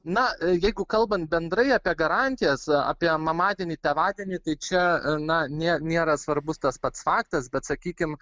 na jeigu kalbant bendrai apie garantijas apie mamadienį tėvadienį tai čia na ne nėra svarbus tas pats faktas bet sakykim